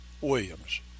Williams